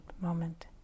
moment